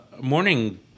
Morning